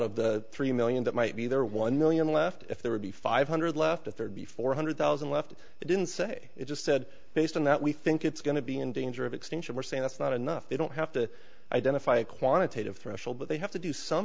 of the three million that might be there one million left if there would be five hundred left at there'd be four hundred thousand left i didn't say it just said based on that we think it's going to be in danger of extinction we're saying that's not enough they don't have to identify a quantitative threshold but they have to do some